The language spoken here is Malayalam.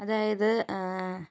അതായത്